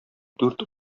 дүрт